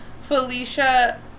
Felicia